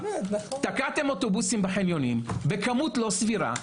תקעתם אוטובוסים בחניונים בכמות לא סבירה,